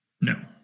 No